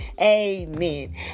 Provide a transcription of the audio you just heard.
Amen